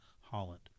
Holland